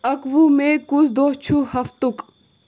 اکوُہ مئے کُس دۄہ چھُ ہفتُک ؟